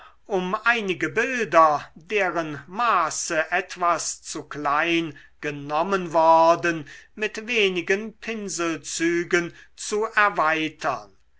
um einige bilder deren maße etwas zu klein genommen worden mit wenigen pinselzügen zu erweitern